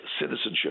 citizenship